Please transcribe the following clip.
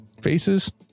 faces